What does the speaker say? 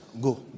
Go